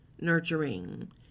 nurturing